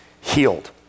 healed